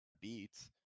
beats